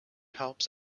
helps